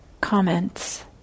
comments